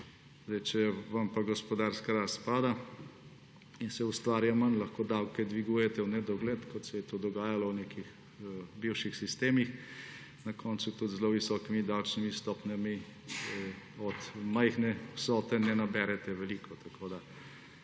Če vam pa gospodarska rast pada in se ustvarja manj, lahko davke dvigujete v nedogled, kot se je to dogajalo v nekih bivših sistemih, na koncu tudi z zelo visokimi davčnimi stopnjami od majhne vsote ne naberete veliko. Tako je